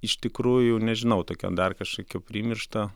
iš tikrųjų nežinau tokio dar kažkokio primiršta